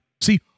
See